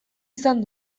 izan